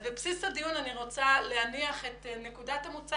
בבסיס הדיון אני רוצה להניח את נקודת המוצא